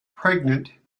pregnant